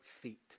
feet